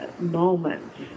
moments